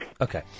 Okay